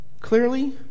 clearly